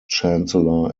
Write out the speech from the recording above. chancellor